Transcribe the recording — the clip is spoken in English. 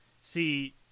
see